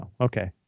okay